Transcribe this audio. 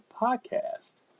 podcast